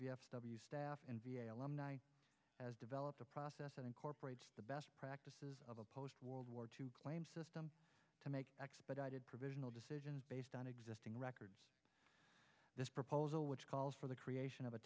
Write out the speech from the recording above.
staff alumni has developed a process that incorporates the best practices of a post world war two claim system to make expedited provisional decisions based on existing records this proposal which calls for the creation of a